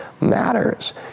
matters